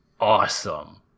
awesome